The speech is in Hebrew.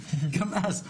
גם אז,